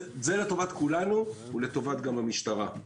זה לטובת כולנו ולטובת המשטרה.